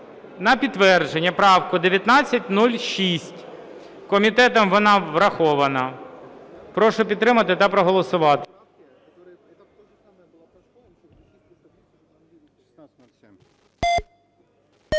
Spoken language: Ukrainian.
на підтвердження правку 1906. Комітетом вона врахована. Прошу підтримати та проголосувати.